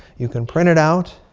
you can print it out.